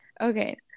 Okay